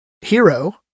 hero